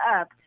up